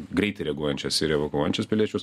greitai reaguojančias ir evakuojančias piliečius